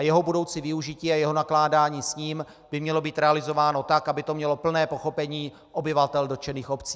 Jeho budoucí využití a nakládání s ním by mělo být realizováno tak, aby to mělo plné pochopení obyvatel dotčených obcí.